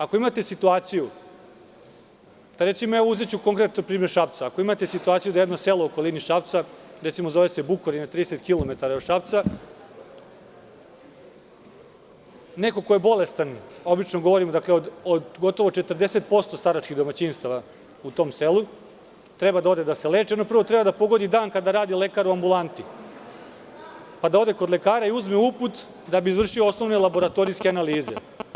Ako imate situaciju da recimo, uzeću konkretno primer Šapca, jedno selo u okolini Šapca, zove se Bukorin i ima 30 kilometara od Šapca, neko ko je bolestan, obično govorim o 40% staračkih domaćinstava u tom selu, treba da ode da se leči, prvo treba da pogodi dan kada radi lekar u ambulanti, pa da ode kod lekara i uzme uput da bi izvršio osnovne laboratorijske analize.